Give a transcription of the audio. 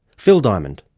phil diamond.